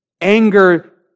Anger